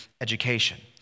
education